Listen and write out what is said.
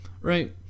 Right